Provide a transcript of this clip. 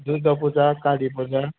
Durga Puja Kali Puja